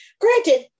granted